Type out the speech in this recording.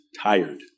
tired